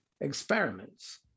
experiments